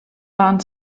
waren